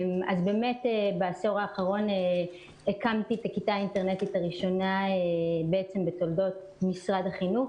בעשור האחרון הקמתי את הכיתה האינטרנטית הראשונה בתולדות משרד החינוך,